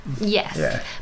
Yes